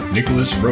Nicholas